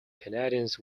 canadians